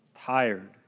tired